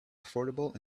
affordable